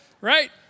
right